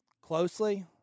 closely